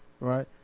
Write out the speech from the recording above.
right